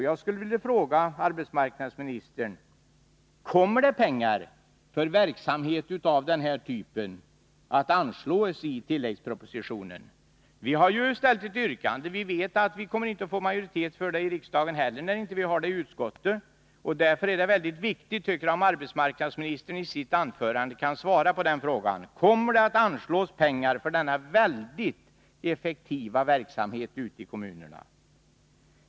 Jag skulle vilja fråga arbetsmarknadsministern: Kommer pengar för verksamhet av den här typen att anslås i tilläggspropositionen? Vi har framställt ett yrkande om detta, men vi vet att vi inte kommer att få majoritet för det i riksdagen, när vi inte har fått det i utskottet. Därför är det mycket viktigt att arbetsmarknadsministern i sitt anförande svarar på frågan: Kommer det att anslås pengar för denna mycket effektiva verksamhet ute i kommunerna?